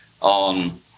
on